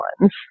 ones